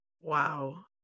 Wow